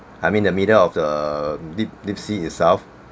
I mean in the middle of the deep deep sea itself